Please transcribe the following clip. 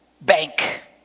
bank